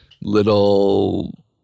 little